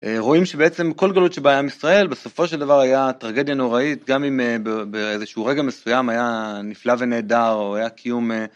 רואים שבעצם כל גלות שבאה על עם ישראל בסופו של דבר היה טרגדיה נוראית גם אם באיזשהו רגע מסוים היה נפלא ונהדר או היה קיום